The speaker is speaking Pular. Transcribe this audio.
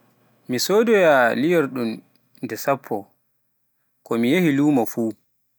mi sodooya liyorɗum sappo ko miyehi lumo fuu